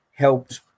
helped